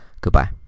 goodbye